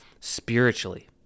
spiritually